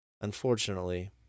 unfortunately